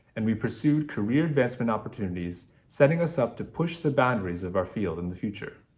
and we pursued career advancement opportunities, setting us up to push the boundaries of our field in the future.